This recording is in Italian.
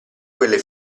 quelle